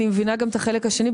אני מבינה גם את החלק השני,